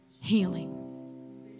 Healing